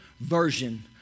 version